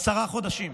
עשרה חודשים.